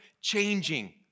changing